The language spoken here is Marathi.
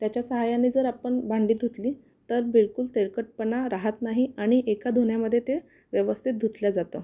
त्याच्या साहाय्याने जर आपण भांडी धुतली तर बिलकूल तेलकटपणा राहत नाही आणि एका धुण्यामध्ये ते व्यवस्थित धुतलं जातं